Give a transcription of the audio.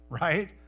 right